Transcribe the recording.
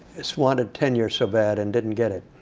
has wanted tenure so bad and didn't get it.